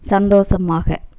சந்தோஷமாக